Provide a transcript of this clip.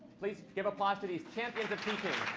please give applause to these champions of teaching.